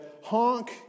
honk